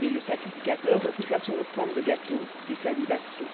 et le sacrificateur offrira son offrande de gâteau et sa libation